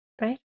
right